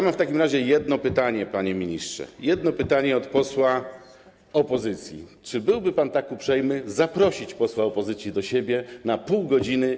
Mam w takim razie jedno pytanie, panie ministrze, jedno pytanie od posła opozycji: Czy byłby pan tak uprzejmy zaprosić posła opozycji do siebie na pół godziny?